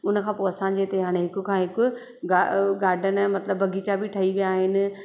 उन खां पोइ असांजे हिते हाणे हिक खां हिकु गा गार्डन मतिलबु बाग़ीचा बि ठही विया आहिनि